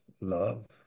love